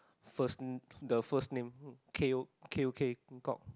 first the first name K O K O K Kok